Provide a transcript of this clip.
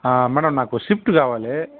ఆ మేడం నాకు ఒక స్విఫ్ట్ కావాలి